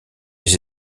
les